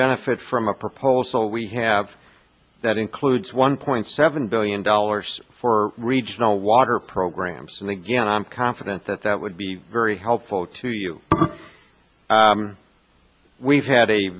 benefit from a proposal we have that includes one point seven billion dollars for regional water programs and again i'm confident that that would be very helpful to you we've had a